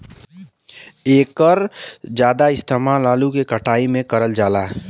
एकर जादा इस्तेमाल आलू के कटाई में करल जाला